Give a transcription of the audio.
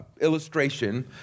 illustration